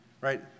right